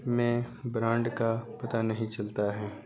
میں برانڈ کا پتہ نہیں چلتا ہے